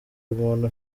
umuntu